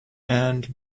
and